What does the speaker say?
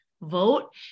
vote